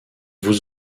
vous